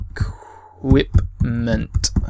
equipment